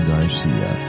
Garcia